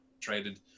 traded